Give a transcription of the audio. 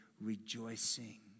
rejoicing